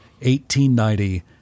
1890